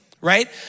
right